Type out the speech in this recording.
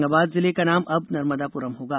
होशंगाबाद जिले का नाम अब नर्मदापुरम होगा